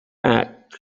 act